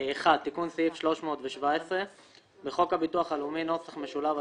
1. תיקון סעיף 317. בחוק הביטוח הלאומי (נוסח משולב),